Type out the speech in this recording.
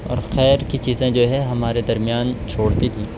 اور خیر کی چیزیں جو ہے ہمارے درمیان چھوڑتی تھیں